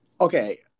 okay